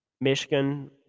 Michigan